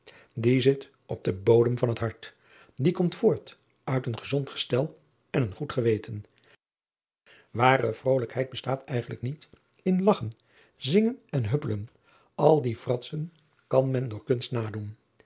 aurits ijnslager bodem van het hart ie komt voort uit een gezond gestel en een goed geweten are vrolijkheid bestaat eigenlijk niet in lagchen zingen en huppelen al die fratsen kan men door kunst nadoen